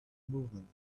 movement